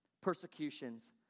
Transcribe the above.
persecutions